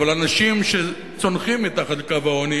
אבל אנשים שצונחים מתחת לקו העוני